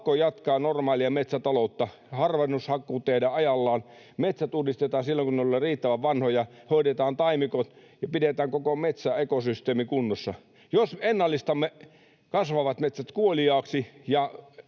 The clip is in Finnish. pakko jatkaa normaalia metsätaloutta: harvennushakkuut tehdään ajallaan, metsät uudistetaan silloin, kun ne ovat riittävän vanhoja, hoidetaan taimikot ja pidetään koko metsän ekosysteemi kunnossa. Jos ennallistamme, kasvavat metsät kuoliaaksi,